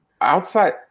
outside